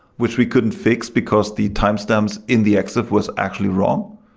which we couldn't fix, because the timestamps in the exif was actually wrong.